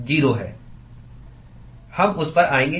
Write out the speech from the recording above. हम उस पर आएंगे